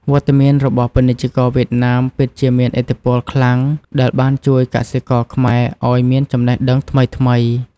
វត្តមានរបស់ពាណិជ្ជករវៀតណាមពិតជាមានឥទ្ធិពលខ្លាំង ដែលបានជួយកសិករខ្មែរឱ្យមានចំណេះដឹងថ្មីៗ។